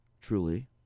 truly